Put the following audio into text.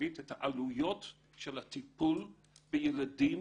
תקציבית את העלויות של הטיפול בילדים